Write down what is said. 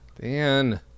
Dan